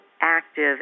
active